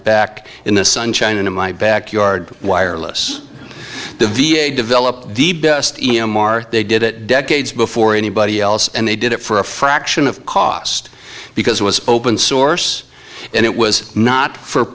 back in the sunshine and in my backyard wireless the v a develop the best e m r they did it decades before anybody else and they did it for a fraction of cost because it was open source and it was not for